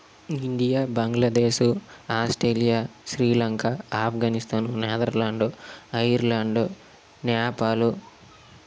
India Bangladesh Australia Sri Lanka Afghanistan Netherlands Ireland Nepal